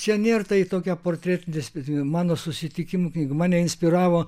čia nėr tai tokia portretinių spec mano susitikimų knyga mane inspiravo